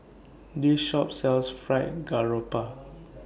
This Shop sells Fried Garoupa